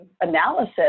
analysis